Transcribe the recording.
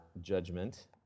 judgment